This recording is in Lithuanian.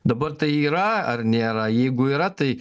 dabar tai yra ar nėra jeigu yra tai